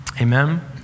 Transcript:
Amen